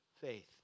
faith